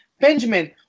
Benjamin